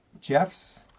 Jeff's